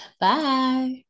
Bye